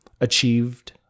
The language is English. achieved